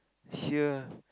here